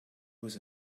was